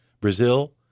Brazil